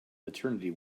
maternity